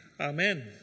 Amen